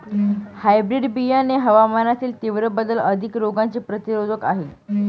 hybrid बियाणे हवामानातील तीव्र बदल आणि रोगांचे प्रतिरोधक आहे